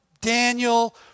Daniel